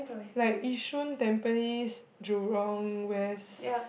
like Yishun Tampines Jurong-West